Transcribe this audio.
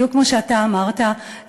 בדיוק כמו שאתה אמרת,